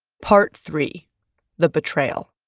part three the betrayal